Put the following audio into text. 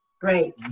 Great